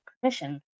permission